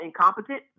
incompetent